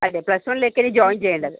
അതെ പ്ലസ് വണ്ണിലേക്ക് ഇനി ജോയിൻ ചെയ്യേണ്ടത്